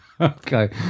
Okay